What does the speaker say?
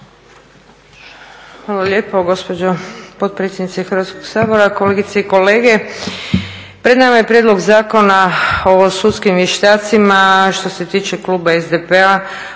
Hvala lijepo gospođo potpredsjednice Hrvatskog sabora. Kolegice i kolege. Pred nama je Prijedlog zakona o sudskim vještacima. Što se tiče kluba SDP-a